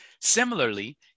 Similarly